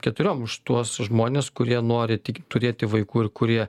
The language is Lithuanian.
keturiom už tuos žmones kurie nori tik turėti vaikų ir kurie